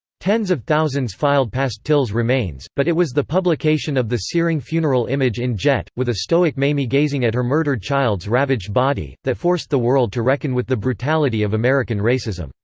tens of thousands filed past till's remains, but it was the publication of the searing funeral image in jet, with a stoic mamie gazing at her murdered child's ravaged body, that forced the world to reckon with the brutality of american racism.